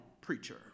preacher